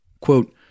quote